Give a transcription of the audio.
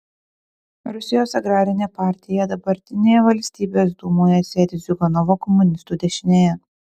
rusijos agrarinė partija dabartinėje valstybės dūmoje sėdi ziuganovo komunistų dešinėje